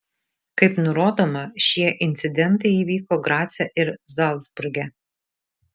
kaip nurodoma šie incidentai įvyko grace ir zalcburge